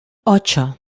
ocho